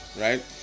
right